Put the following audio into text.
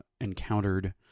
encountered